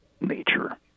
nature